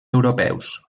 europeus